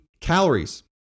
calories